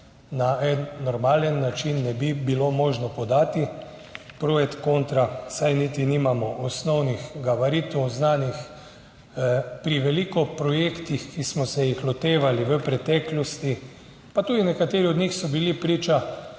na en normalen način ne bi bilo možno podati pro et contra, saj niti nimamo osnovnih gabaritov znanih. Pri veliko projektih, ki smo se jih lotevali v preteklosti, pa tudi nekateri od njih so bili priča